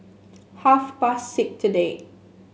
half past six today